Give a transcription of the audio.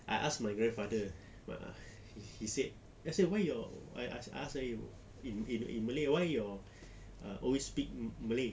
I asked my grandfather he said I say why your I I ask him in in malay why your always speak malay